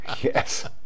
yes